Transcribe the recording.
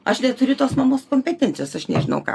aš neturiu tos mamos kompetencijos aš nežinau ką